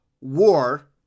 war